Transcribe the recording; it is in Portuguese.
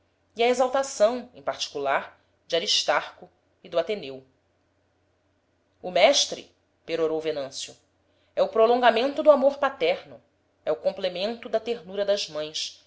e a exaltação em particular de aristarco e do ateneu o mestre perorou venâncio é o prolongamento do amor paterno é o complemento da ternura das mães